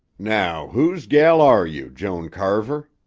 now whose gel are you, joan carver?